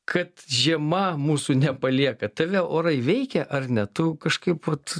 kad žiema mūsų nepalieka tave orai veikia ar ne tu kažkaip vat